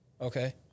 okay